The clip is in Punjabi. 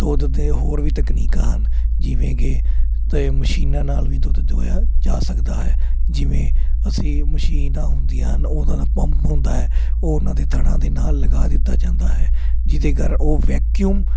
ਦੁੱਧ ਅਤੇ ਹੋਰ ਵੀ ਤਕਨੀਕਾਂ ਹਨ ਜਿਵੇਂ ਕਿ ਅਤੇ ਮਸ਼ੀਨਾਂ ਨਾਲ ਵੀ ਦੁੱਧ ਚੋਇਆ ਜਾ ਸਕਦਾ ਹੈ ਜਿਵੇਂ ਅਸੀਂ ਮਸ਼ੀਨਾ ਹੁੰਦੀਆਂ ਹਨ ਉਹਦਾ ਕੰਮ ਹੁੰਦਾ ਹੈ ਉਹ ਉਹਨਾਂ ਦੇ ਥਣਾ ਦੇ ਨਾਲ ਲਗਾ ਦਿੱਤਾ ਜਾਂਦਾ ਹੈ ਜਿਹਦੇ ਕਰ ਉਹ ਵੈਕਿਊਮ